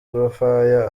urufaya